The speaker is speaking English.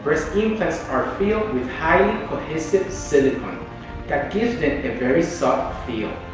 breast implants are filled with highly cohesive silicone that gives them a very soft feel,